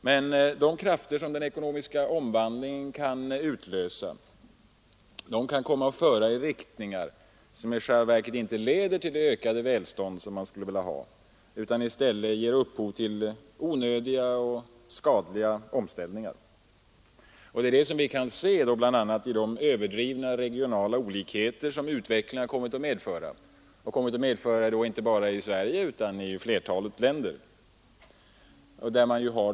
Men de krafter som den ekonomiska omvandlingen utlöser kan komma att föra i riktningar som i själva verket inte leder till det ökade välstånd som man skulle vilja ha utan i stället ger upphov till onödiga och skadliga omställningar. Det kan vi se bl.a. i de överdrivna regionala olikheter som utvecklingen har kommit att medföra inte bara i Sverige utan i flertalet länder.